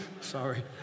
Sorry